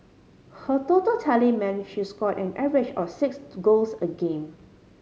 her total tally meant she scored an average of six goals a game